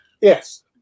Yes